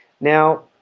Now